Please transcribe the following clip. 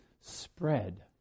spread